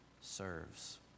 serves